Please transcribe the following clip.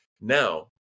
Now